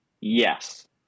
Yes